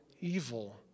evil